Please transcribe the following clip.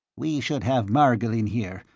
we should have margil in here.